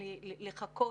לחכות,